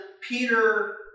Peter